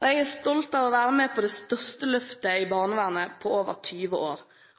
Jeg er stolt av å være med på det største løftet i